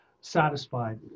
satisfied